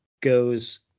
goes